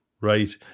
Right